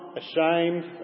ashamed